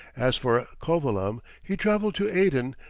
as for covilham, he travelled to aden,